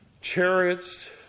chariots